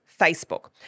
Facebook